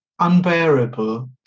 unbearable